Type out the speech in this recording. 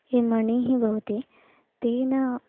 ये मणिः भवति तेन